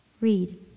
read